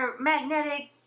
magnetic